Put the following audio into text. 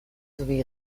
sowie